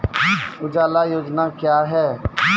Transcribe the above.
उजाला योजना क्या हैं?